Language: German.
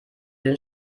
den